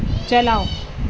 چلاؤ